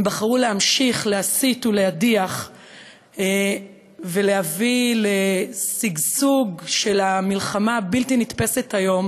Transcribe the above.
הם בחרו להמשיך להסית ולהדיח ולהביא לשגשוג של המלחמה הבלתי-נתפסת היום